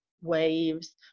waves